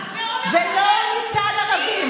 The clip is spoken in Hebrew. גם עמר בר לב מסתובב,